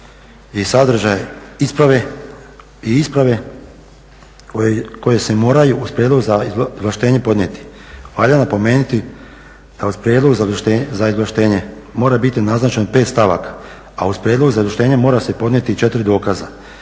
i sadržaj isprave i isprave koje se moraju uz izvlaštenje podnijeti. Valja napomenuti da uz prijedlog za izvlaštenje mora biti naznačeno 5 stavaka, a uz prijedlog za izvlaštenje mora se podnijeti 4 dokaza,